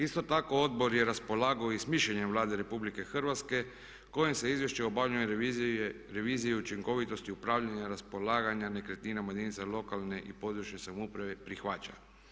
Isto tako Odbor je raspolagao i s mišljenjem Vlade RH kojem se izvješće o obavljanju revizije učinkovitosti, upravljanja, raspolaganja nekretninama jedinice lokalne i područne samouprave prihvaća.